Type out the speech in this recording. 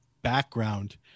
background